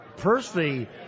Personally